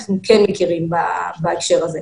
אנחנו כן מכירים בהקשר הזה.